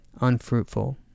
unfruitful